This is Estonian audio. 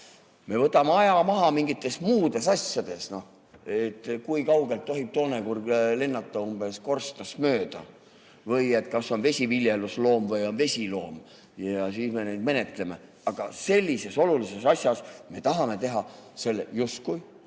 Me võtame aja maha mingites muudes asjades: kui kaugelt tohib toonekurg lennata korstnast mööda või kas on "vesiviljelusloom" või "vesiloom". Ja siis me seda menetleme. Aga sellises olulises asjas me tahame teha selle justkui